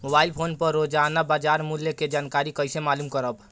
Mobile phone पर रोजाना बाजार मूल्य के जानकारी कइसे मालूम करब?